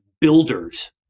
builders